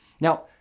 Now